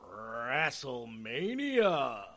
wrestlemania